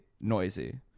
Noisy